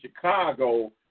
Chicago